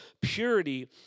purity